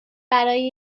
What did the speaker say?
برای